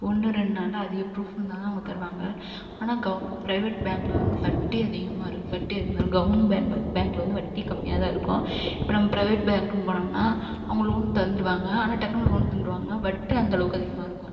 ஒன்று ரெண்டு நாளில் அதிக ப்ரூஃப் இருந்தால் தான் அவங்க தருவாங்க ஆனால் கவு பிரைவேட் பேங்க் லோன் வந்து வட்டி அதிகமாக இரு வட்டி அதிகமாக இருக்கும் கவர்மெண்ட் பேங் பேங்கில் வந்து வட்டி கம்மியாகதான் இருக்கும் இப்போ நம்ப பிரைவேட் பேங்குனு போனோம்னால் அவங்க லோன் தந்துடுவாங்க ஆனால் டக்குனு லோன் தந்துடுவாங்க வட்டி அந்த அளவுக்கு அதிகமாக இருக்கும்